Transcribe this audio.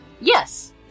yes